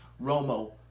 Romo